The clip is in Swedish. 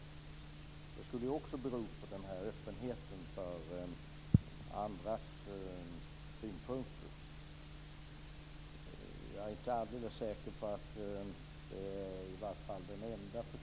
De skulle också bero på öppenheten inför andra synpunkter. Jag är i vart fall inte alldeles säker på att det är den enda förklaringen.